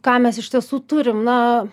ką mes iš tiesų turim na